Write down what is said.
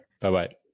Bye-bye